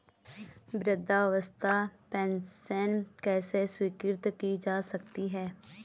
वृद्धावस्था पेंशन किसे स्वीकृत की जा सकती है?